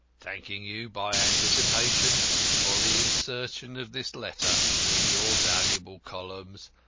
thanking you by anticipation for the insertion of this letter in your valuable columns,